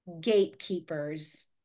gatekeepers